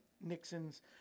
Nixon's